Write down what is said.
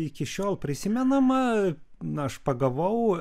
iki šiol prisimenama na aš pagavau